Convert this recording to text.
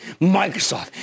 Microsoft